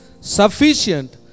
sufficient